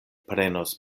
prenos